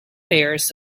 pairs